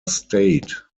state